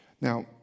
Now